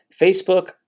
Facebook